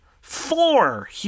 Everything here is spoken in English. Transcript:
four